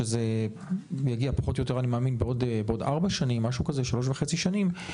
שזה יגיע פחות או יותר אני מאמין בעוד כ-3.5 שנים,